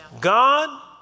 God